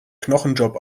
knochenjob